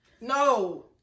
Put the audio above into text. No